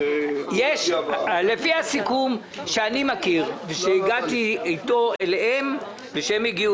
לפי הסיכום שאני הגעתי איתו אליהם והם הגיעו